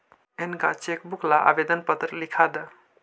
नएका चेकबुक ला आवेदन पत्र लिखा द